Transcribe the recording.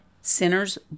sinners